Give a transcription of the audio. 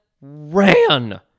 ran